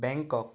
বেংকক